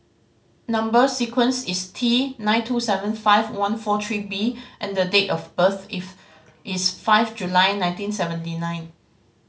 number sequence is T nine two seven five one four three B and date of birth is is five July nineteen seventy nine